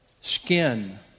skin